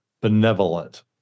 benevolent